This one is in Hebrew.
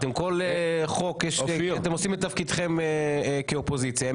אתם עושים את תפקידכם כאופוזיציה,